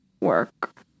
work